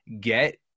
get